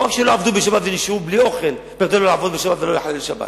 לא רק שלא עבדו בשבת ונשארו בלי אוכל כדי שלא לעבוד בשבת ולא לחלל שבת,